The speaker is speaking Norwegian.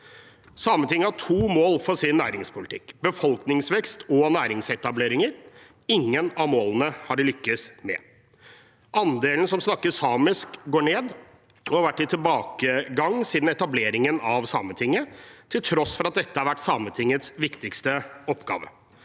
Sametinget har to mål for sin næringspolitikk: befolkningsvekst og næringsetableringer. Ingen av målene har de lykkes med. Andelen som snakker samisk, går ned og har vært i tilbakegang siden etableringen av Sametinget, til tross for at dette har vært Sametingets viktigste oppgave.